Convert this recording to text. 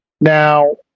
Now